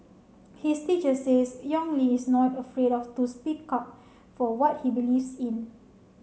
his teacher says Yong Li is not afraid of to speak up for what he believes in